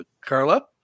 Carla